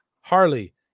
Harley